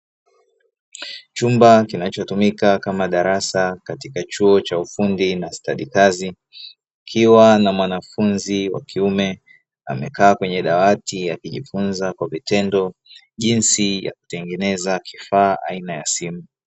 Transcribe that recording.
Chumba kinachotumika kama darasa katika chuo cha ufundi na stadi kazi, ikiwa na mwanafunzi wa kiume amekaa kwenye dawati ya kujifunza kwa vitendo jinsi ya kutengeneza kifaa aina ya simu.